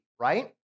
right